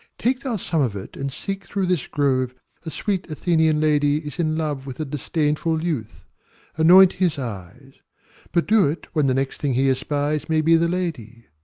take thou some of it, and seek through this grove a sweet athenian lady is in love with a disdainful youth anoint his eyes but do it when the next thing he espies may be the lady.